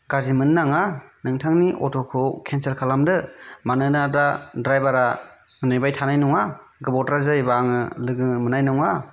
गाज्रि मोननो नाङा नोंथांनि अट'खौ केन्सेल खालामदो मानोना दा ड्राइभारा नेबाय थानाय नङा गोबावद्राय जायोब्ला आङो लोगो मोननाय नङा